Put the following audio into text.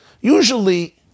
Usually